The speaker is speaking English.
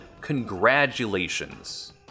congratulations